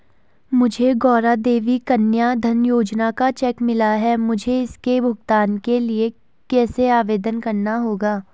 मुझे गौरा देवी कन्या धन योजना का चेक मिला है मुझे इसके भुगतान के लिए कैसे आवेदन करना होगा?